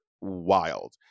wild